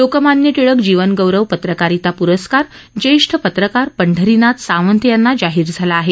लोकमान्य टिळक जीवनगौरव पत्रकारिता पुरस्कार ज्येष्ठ पत्रकार पंढरीनाथ सावंत जाहीर झाला आहे